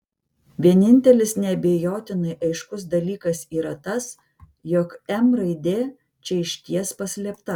vienintelis neabejotinai aiškus dalykas yra tas jog m raidė čia išties paslėpta